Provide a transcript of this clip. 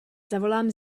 zavolám